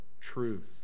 truth